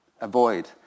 avoid